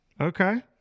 Okay